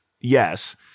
Yes